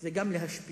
זה גם להשפיל,